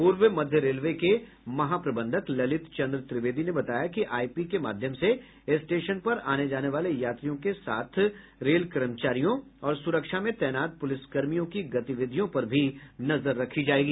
पूर्व मध्य रेलवे के महाप्रबंधक ललित चन्द्र त्रिवेदी ने बताया कि आईपी के माध्यम से स्टेशन पर आने जाने वाले यात्रियों के साथ रेल कर्मचारियों और सुरक्षा में तैनात पुलिसकर्मियों की गतिविधियों पर भी नजर रखी जायेगी